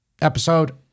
episode